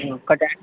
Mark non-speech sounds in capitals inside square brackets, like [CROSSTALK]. [UNINTELLIGIBLE]